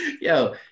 Yo